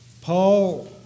Paul